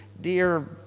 dear